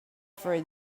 for